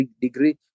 degree